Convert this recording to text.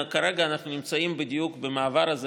כרגע אנחנו נמצאים בדיוק במעבר הזה,